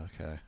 okay